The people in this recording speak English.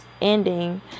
ending